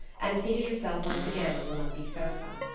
and seated herself once again on the lumpy sofa.